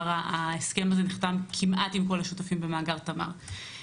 ההסכם הזה נחתם כמעט עם כל השותפים במאגר תמר.